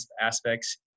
aspects